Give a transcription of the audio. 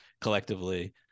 collectively